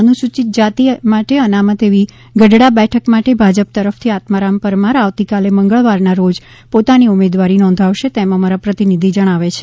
અનુસુચિત જાતિ માટે અનામત એવી ગઢડા બેઠક માટે ભાજપ તરફથી આત્મારામ પરમાર આવતીકાલે મંગળવારના રોજ પોતાની ઉમેદવારી નોંધાવશે તેમ અમારા પ્રતિનિધિ જણાવે છે